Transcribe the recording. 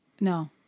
No